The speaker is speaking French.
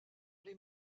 les